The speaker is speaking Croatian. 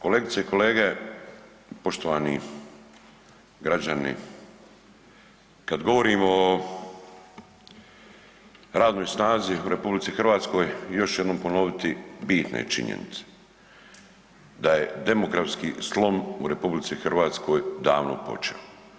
Kolegice i kolege, poštovani građani kad govorimo o radnoj snazi u RH još ću jednom ponoviti bitne činjenice, da je demografski slom u RH davno počeo.